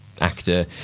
actor